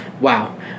Wow